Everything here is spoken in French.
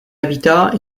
habitats